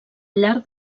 llarg